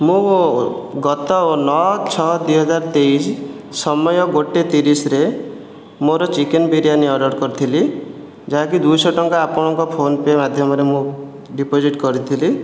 ମୁଁ ଗତ ନଅ ଛଅ ଦୁଇହଜାର ତେଇଶ ସମୟ ଗୋଟାଏ ତିରିଶରେ ମୋର ଚିକେନ୍ ବିରିୟାନି ଅର୍ଡ଼ର କରିଥିଲି ଯାହାକି ଦୁଇଶହ ଟଙ୍କା ଆପଣଙ୍କ ଫୋନ୍ପେ ମାଧ୍ୟମରେ ମୁଁ ଡିପୋଜିଟ୍ କରିଥିଲି